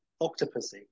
Octopussy